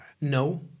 No